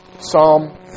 Psalm